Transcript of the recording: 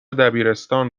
دبیرستان